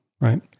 right